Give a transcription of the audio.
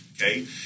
Okay